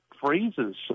phrases